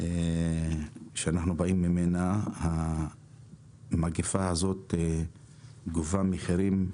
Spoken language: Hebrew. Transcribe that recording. שאנחנו באים ממנה, המגפה הזאת גובה מחירים כבדים,